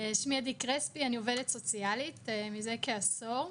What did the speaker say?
שמי עדי קרספי, אני עובדת סוציאלית מזה כעשור.